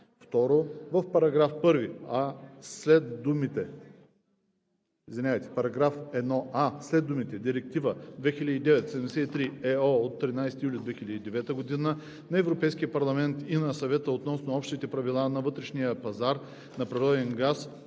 отменя. 2. В § la след думите „Директива 2009/73/ЕО от 13 юли 2009 г. на Европейския парламент и на Съвета относно общите правила за вътрешния пазар на природен газ